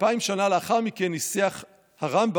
כאלפיים שנה לאחר מכן ניסח הרמב"ם,